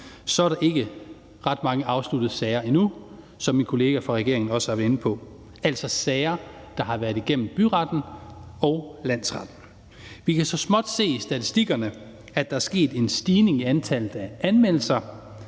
er der ikke ret mange afsluttede sager endnu, som min kollega fra regeringen også har været inde på, altså sager, der har været igennem byretten og landsretten. Vi kan så småt se i statistikkerne, at der er sket en stigning i antallet af anmeldelser,